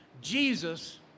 Jesus